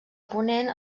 ponent